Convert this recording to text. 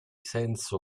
senso